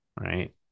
Right